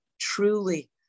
truly